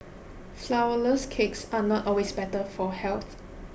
flourless cakes are not always better for health